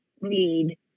need